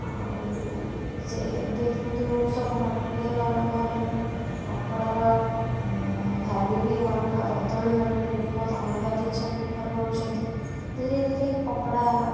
ଆଉ ସେ ଏବେ କିନ୍ତୁ ସବୁ ମେଟେରିଆଲ୍ ଅଲଗା ହେଲାଣି କପଡ଼ାର ଭେଲ୍ୟୁ ବି ଅଲଗା ବଦଳି ଗଲେଣି ଲୋକ ଅଲଗା ଜିନିଷ ପ୍ରିଫର୍ କରୁଛନ୍ତି ଧୀରେ ଧୀରେ କପଡ଼ା